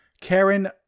Karen